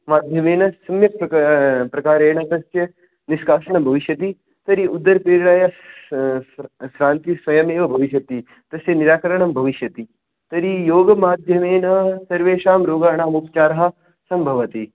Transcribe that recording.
माध्यमेन सम्यक् प्र प्रकारेण तस्य निष्कासनं भविष्यति तर्हि उदरपीडायाः शान्ति स्वयमेव भविष्यति तस्य निराकरणं भविष्यति तर्हि योगमाध्यमेन सर्वेषां रोगाणाम् उपचारः सम्भवति